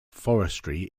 forestry